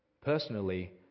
personally